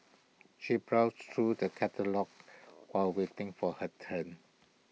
she browsed through the catalogues while waiting for her turn